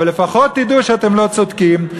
אבל לפחות תדעו שאתם לא צודקים,